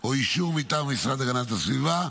או אישור מטעם המשרד להגנת הסביבה,